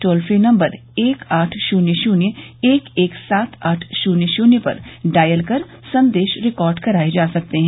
toll free number एक आठ शून्य शून्य एक एक सात आठ शून्य शून्य पर डायल कर संदेश रिकॉर्ड कराये जा सकते हैं